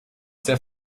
sehr